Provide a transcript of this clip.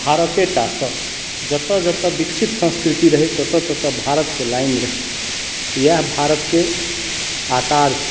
भारते टा सॅं जतय जतय विकसित संस्कृति रहै ततय ततय भारत के लाइन रहै इएह भारत के आकार छै